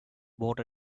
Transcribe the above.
bought